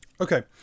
Okay